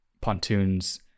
pontoons